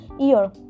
ear